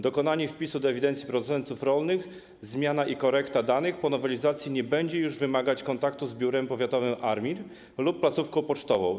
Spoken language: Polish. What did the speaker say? Dokonanie wpisu do ewidencji producentów rolnych, zmiana i korekta danych po nowelizacji nie będzie już wymagać kontaktu z biurem powiatowym ARiMR lub placówką pocztową.